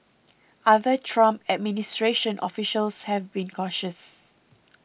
other Trump administration officials have been cautious